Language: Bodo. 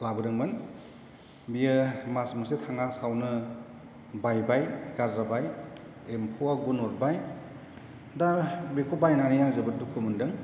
लाबोदोंमोन बियो मास मोनसे थाङासेनो बायबाय गारजाबाय एम्फौआ गुन अरबाय दा बेखौ बायनानै आं जोबोद दुखु मोन्दों